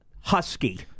Husky